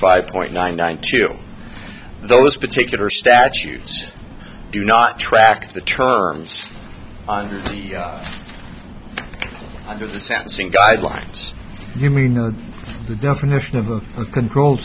five point nine nine two those particular statutes do not track the terms of the sentencing guidelines you mean or the definition of a controlled